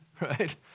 right